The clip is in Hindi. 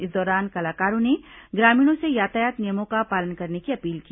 इस दौरान कलाकारों ने ग्रामीणों से यातायात नियमों का पालन करने की अपील की